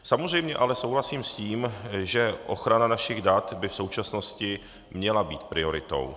Samozřejmě ale souhlasím s tím, že ochrana našich dat by v současnosti měla být prioritou.